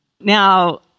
Now